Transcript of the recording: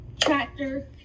tractor